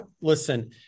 listen